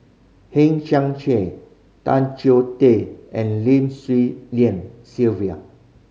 Hang Chang Chieh Tan Choh Tee and Lim Swee Lian Sylvia